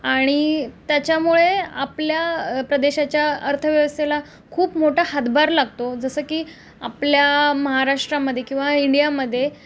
आणि त्याच्यामुळे आपल्या प्रदेशाच्या अर्थव्यवस्थेला खूप मोठा हातभार लागतो जसं की आपल्या महाराष्ट्रामधे किंवा इंडियामधे